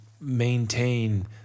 maintain